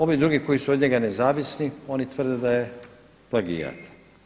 Ovi drugi koji su od njega nezavisni, oni tvrde da je plagijat.